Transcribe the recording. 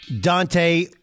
Dante